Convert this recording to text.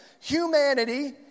humanity